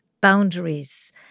boundaries